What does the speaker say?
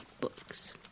books